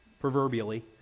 proverbially